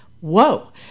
whoa